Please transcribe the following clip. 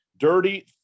Dirty